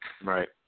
right